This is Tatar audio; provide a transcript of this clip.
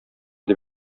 дип